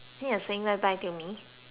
to me